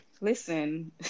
Listen